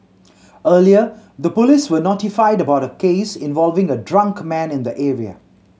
earlier the police were notified about a case involving a drunk man in the area